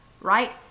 Right